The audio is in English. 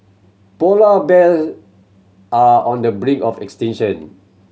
polar bear are on the brink of extinction